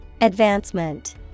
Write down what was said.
Advancement